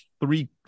three